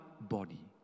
body